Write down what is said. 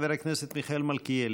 חבר הכנסת מיכאל מלכיאלי.